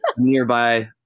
nearby